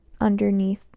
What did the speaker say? underneath